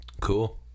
Cool